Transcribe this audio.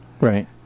Right